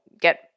get